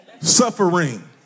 Suffering